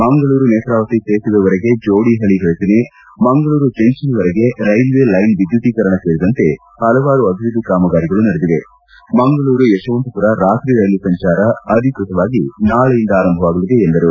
ಮಂಗಳೂರು ನೇತ್ರಾವತಿ ಸೇತುವೆ ವರೆಗೆ ಜೋಡಿಹಳಿ ರಚನೆ ಮಂಗಳೂರು ಜಂಕ್ಷನ್ವರೆಗೆ ರೈಲ್ವೆ ಲೈನ್ ವಿದ್ಯುದೀಕರಣ ಸೇರಿದಂತೆ ಹಲವಾರು ಅಭಿವೃದ್ದಿ ಕಾಮಗಾರಿಗಳು ನಡೆದಿವೆ ಮಂಗಳೂರು ಯಶವಂತಪುರ ರಾತ್ರಿ ರೈಲು ಸಂಚಾರ ಅಧಿಕೃತವಾಗಿ ನಾಳೆಯಿಂದ ಆರಂಭವಾಗಲಿದೆ ಎಂದರು